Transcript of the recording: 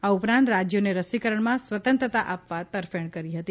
આ ઉપરાંત રાજ્યોને રસીકરણમાં સ્વતંત્રતા આપવા તરફેણ કરી હતી